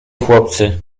chłopcy